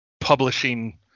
publishing